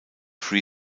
free